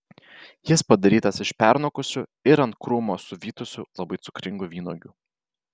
jis padarytas iš pernokusių ir ant krūmo suvytusių labai cukringų vynuogių